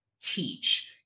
teach